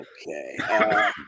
Okay